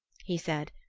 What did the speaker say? he said,